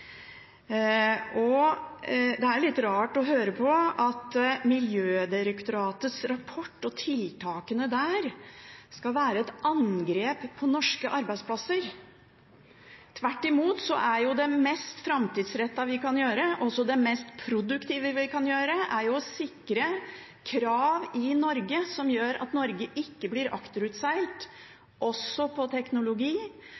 Det er litt rart å høre på at Miljødirektoratets rapport og tiltakene der skal være et angrep på norske arbeidsplasser. Tvert imot er det mest framtidsrettede vi kan gjøre, og også det mest produktive vi kan gjøre, å sikre krav i Norge som gjør at Norge ikke blir akterutseilt også på teknologi